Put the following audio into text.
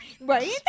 Right